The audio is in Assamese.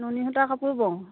নুনি সূতাৰ কাপোৰো বওঁ